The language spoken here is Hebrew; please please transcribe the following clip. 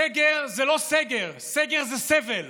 סגר זה לא סגר, סגר זה סבל.